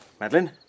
Madeline